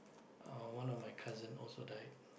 uh one of my cousin also died